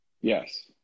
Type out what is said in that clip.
Yes